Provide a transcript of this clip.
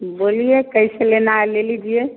बोलिए कैसे लेना है ले लीजिए